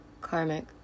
karmic